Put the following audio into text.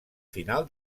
final